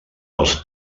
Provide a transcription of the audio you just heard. els